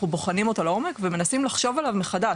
בוחנים אותו לעומק ומנסים לחשוב עליו מחדש,